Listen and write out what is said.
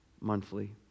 monthly